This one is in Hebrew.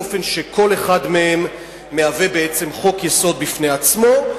באופן שכל אחד מהם מהווה חוק-יסוד בפני עצמו,